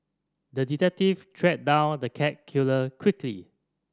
the detective tracked down the cat killer quickly